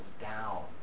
down